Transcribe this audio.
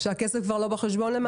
שהכסף כבר לא בחשבון.